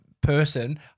person